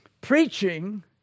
Preaching